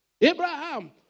Abraham